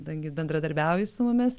kadangi bendradarbiauji su mumis